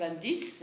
90